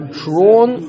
drawn